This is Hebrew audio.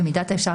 במידת האפשר,